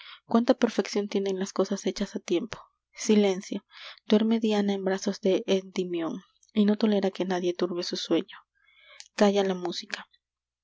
cuánta perfeccion tienen las cosas hechas á tiempo silencio duerme diana en brazos de endimion y no tolera que nadie turbe su sueño calla la música